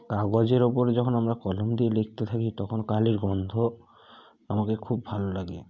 কাগজের ওপর যখন আমরা কলম দিয়ে লিখতে থাকি তখন কালির গন্ধ আমাকে খুব ভালো লাগে